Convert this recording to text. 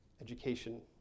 education